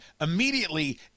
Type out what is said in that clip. immediately